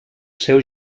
seu